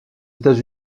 états